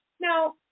Now